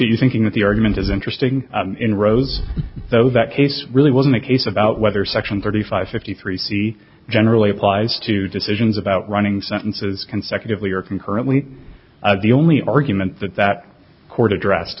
you thinking that the argument is interesting in rose though that case really wasn't a case about whether section thirty five fifty three c generally applies to decisions about running sentences consecutively or concurrently the only argument that that court addressed